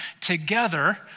together